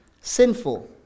Sinful